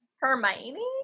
Hermione